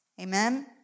Amen